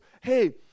hey